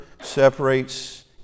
separates